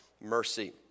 mercy